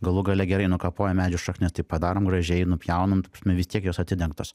galų gale gerai nukapojo medžio šaknis tai padarom gražiai nupjaunam ta prasme vis tiek jos atidengtos